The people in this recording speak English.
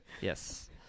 Yes